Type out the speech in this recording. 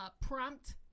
prompt